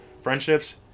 friendships